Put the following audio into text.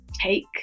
take